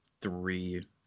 three